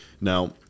Now